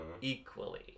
equally